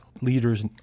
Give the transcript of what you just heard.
leaders